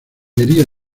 minería